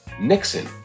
Nixon